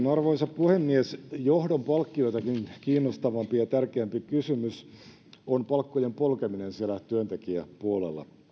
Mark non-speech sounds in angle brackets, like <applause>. <unintelligible> arvoisa puhemies johdon palkkioitakin kiinnostavampi ja tärkeämpi kysymys on palkkojen polkeminen työntekijäpuolella